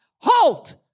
Halt